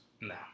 No